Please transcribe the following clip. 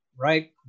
right